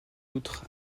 outre